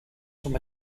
from